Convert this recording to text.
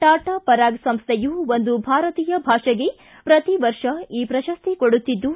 ಟಾಟಾ ಪರಾಗ್ ಸಂಸ್ವೆಯು ಒಂದು ಭಾರತೀಯ ಭಾಷೆಗೆ ಪ್ರತಿ ವರ್ಷ ಈ ಪ್ರಶಸ್ತಿ ಕೊಡುತ್ತಿದ್ದು